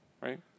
right